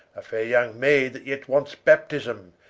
a faire young maid that yet wants baptisme,